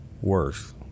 worse